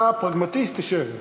אתה פרגמטיסט, תשב.